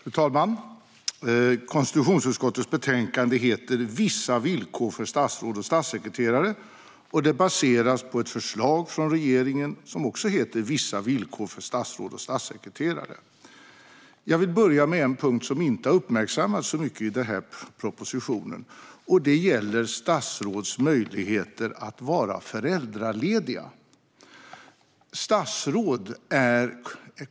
Fru talman! Konstitutionsutskottets betänkande heter Vissa villkor för statsråd och statssekreterare och baseras på ett förslag från regeringen som heter likadant. Jag vill börja med en punkt som inte har uppmärksammats så mycket i denna proposition, nämligen statsråds möjligheter att vara föräldralediga.